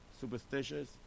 Superstitious